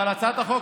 אבל הצעת החוק,